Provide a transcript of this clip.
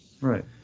right